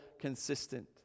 consistent